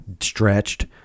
stretched